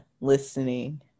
listening